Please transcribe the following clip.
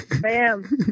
Bam